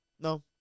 no